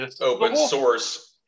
open-source